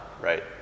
right